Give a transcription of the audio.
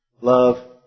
love